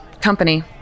company